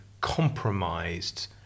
compromised